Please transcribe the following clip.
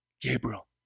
Gabriel